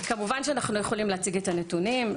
כמובן שאנחנו יכולים להציג את הנתונים.